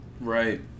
Right